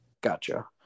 gotcha